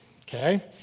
okay